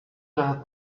جهت